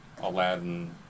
Aladdin